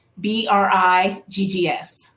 B-R-I-G-G-S